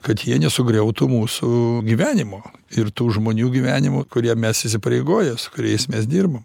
kad jie nesugriautų mūsų gyvenimo ir tų žmonių gyvenimų kurie mes įsipareigoję su kuriais mes dirbam